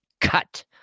cut